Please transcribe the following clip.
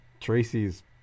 Tracy's